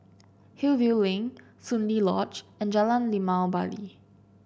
Hillview Link Soon Lee Lodge and Jalan Limau Bali